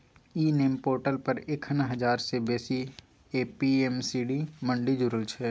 इ NAM portal पर एखन हजार सँ बेसी ए.पी.एम.सी मंडी जुरल छै